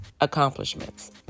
accomplishments